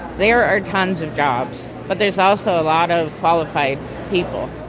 there are tons of jobs. but there's also a lot of qualified people.